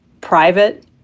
private